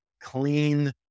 clean